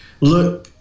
look